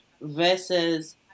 versus